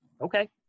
okay